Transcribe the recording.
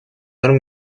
норм